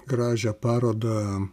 gražią parodą